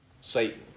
Satan